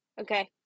okay